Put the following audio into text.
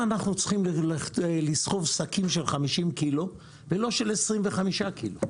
אנחנו צריכים לסחוב שקים של 50 קילו ולא של 25 קילו?